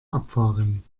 abfahren